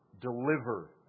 deliver